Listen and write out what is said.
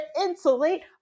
insulate